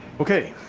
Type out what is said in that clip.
okay.